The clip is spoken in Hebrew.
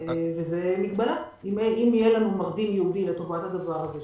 אם יהיה לנו מרדים ייעודי לטובת זה,